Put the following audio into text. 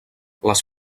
les